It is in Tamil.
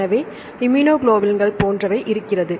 எனவே இம்யூனோகுளோபின்கள் போன்றவை இருக்கிறது